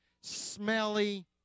smelly